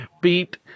beat